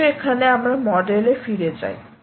এসো এখানে আমরা মডেলে ফিরে যাই